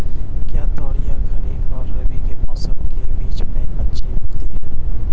क्या तोरियां खरीफ और रबी के मौसम के बीच में अच्छी उगती हैं?